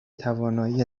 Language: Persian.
توانایی